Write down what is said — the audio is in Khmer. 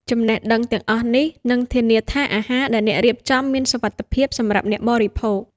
ចំណេះដឹងទាំងអស់នេះនឹងធានាថាអាហារដែលអ្នករៀបចំមានសុវត្ថិភាពសម្រាប់អ្នកបរិភោគ។